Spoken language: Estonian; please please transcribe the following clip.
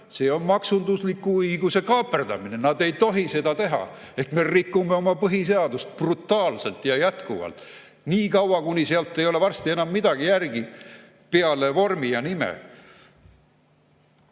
See on maksundusliku õiguse kaaperdamine. Nad ei tohi seda teha! Me rikume oma põhiseadust brutaalselt ja jätkuvalt niikaua, kuni sellest ei ole varsti enam midagi järel peale vormi ja nime.